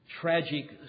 tragic